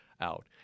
out